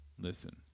listen